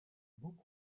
book